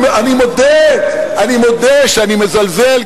אני מודה שאני מזלזל,